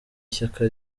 ishyaka